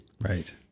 Right